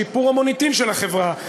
שיפור המוניטין של החברה.